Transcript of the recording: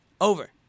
over